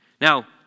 Now